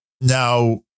now